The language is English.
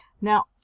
Now